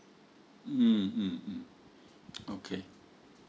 mm mm mm okay